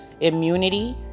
immunity